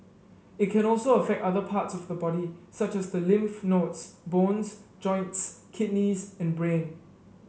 it can also affect other parts of the body such as the lymph nodes bones joints kidneys and brain